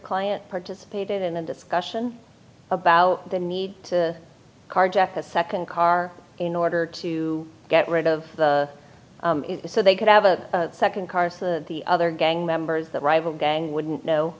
client participated in a discussion about the need to carjack a second car in order to get rid of so they could have a second car so the other gang members that rival gang wouldn't kno